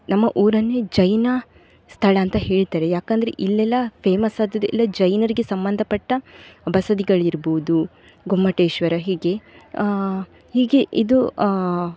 ನಮ್ಮ ಊರಲ್ಲಿ ಜೈನ ಸ್ಥಳ ಅಂತ ಹೇಳ್ತಾರೆ ಯಾಕಂದರೆ ಇಲ್ಲೆಲ್ಲ ಫೇಮಸ್ ಆದದ್ದೆಲ್ಲ ಜೈನರಿಗೆ ಸಂಬಂಧಪಟ್ಟ ಬಸದಿಗಳಿರ್ಬೋದು ಗೊಮ್ಮಟೇಶ್ವರ ಹೀಗೆ ಹೀಗೆ ಇದು